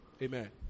Amen